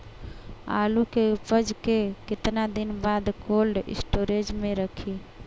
आलू के उपज के कितना दिन बाद कोल्ड स्टोरेज मे रखी?